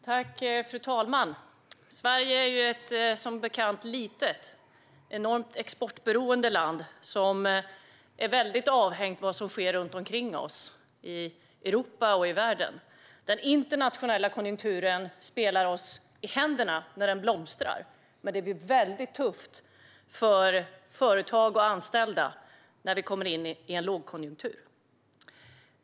Fru talman! Sverige är, som bekant, ett litet enormt exportberoende land, avhängigt vad som sker runt omkring oss i Europa och i världen. Den internationella konjunkturen spelar oss i händerna när den blomstrar, men det blir mycket tufft för företag och anställda när vi kommer in i en lågkonjunktur.